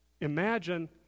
Imagine